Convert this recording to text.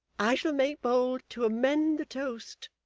i shall make bold to amend the toast.